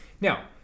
Now